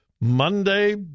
Monday